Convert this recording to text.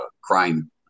crime